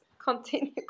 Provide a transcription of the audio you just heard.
continue